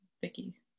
Vicky